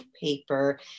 paper